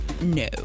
No